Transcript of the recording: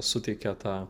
suteikia tą